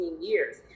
years